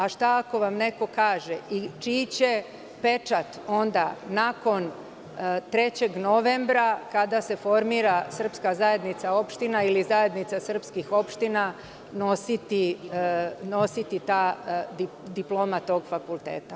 A šta ako vam neko kaže i čiji će pečat onda nakon 3. novembra, kada se formira srpska zajednica opština ili zajednica srpskih opština, nositi diploma tog fakulteta?